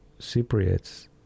Cypriots